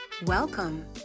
Welcome